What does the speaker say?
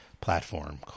platform